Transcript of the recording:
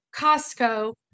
costco